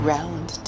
Round